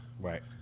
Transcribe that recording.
right